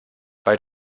weil